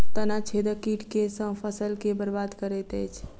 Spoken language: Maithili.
तना छेदक कीट केँ सँ फसल केँ बरबाद करैत अछि?